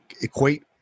equate